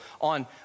on